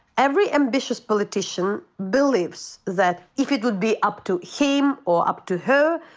every ambitious politician believes that if it would be up to him or up to her,